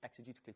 exegetically